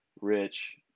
Rich